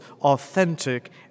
authentic